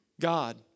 God